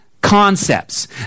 concepts